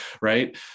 right